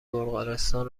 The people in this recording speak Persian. بلغارستان